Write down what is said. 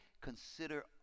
consider